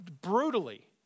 brutally